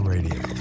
Radio